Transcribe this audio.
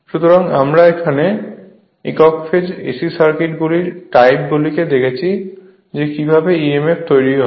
সুতরাং আমরা এখানে একক ফেজ AC সার্কিটগুলির টাইপ গুলিতে দেখিয়েছি যে কীভাবে emf তৈরি হয়